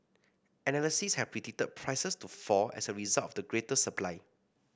analysts had predicted prices to fall as a result of the greater supply